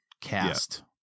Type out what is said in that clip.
cast